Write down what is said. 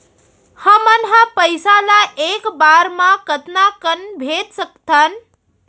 हमन ह पइसा ला एक बार मा कतका कन भेज सकथन?